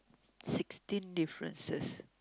sixteen differences